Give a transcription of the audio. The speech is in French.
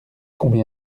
combien